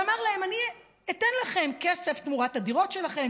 ואמר להם: אני אתן לכם כסף תמורת הדירות שלכם,